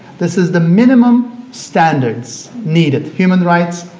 this is the minimum standards needed human rights,